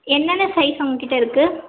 என்னென்ன சைஸ் உங்கக்கிட்டே இருக்குது